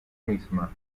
misma